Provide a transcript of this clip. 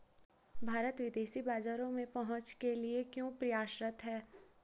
भारत विदेशी बाजारों में पहुंच के लिए क्यों प्रयासरत है?